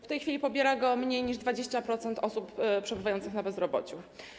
W tej chwili pobiera go mniej niż 20% osób przebywających na bezrobociu.